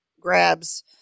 grabs